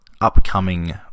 upcoming